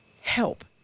help